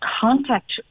contact